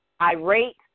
irate